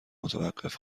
متوقف